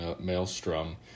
maelstrom